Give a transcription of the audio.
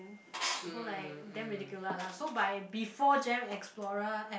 so like damn ridiculous lah so by before gem explorer at